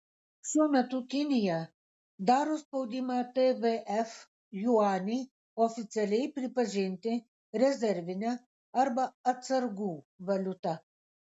šiuo metu kinija daro spaudimą tvf juanį oficialiai pripažinti rezervine arba atsargų valiuta